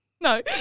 no